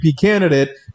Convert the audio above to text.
candidate